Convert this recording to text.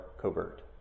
covert